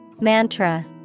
Mantra